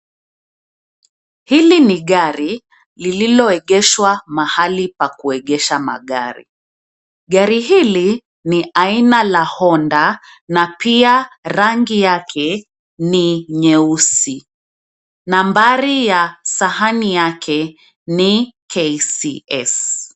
Hili ni gari lililoengeshwa mahali pa kuengesha magari. Gari hili ni haina la Honda na pia rangi yake ni nyeusi. Nambari ya sahani yake ni KCS.